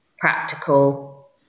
practical